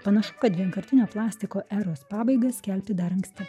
panašu kad vienkartinio plastiko eros pabaigą skelbti dar anksti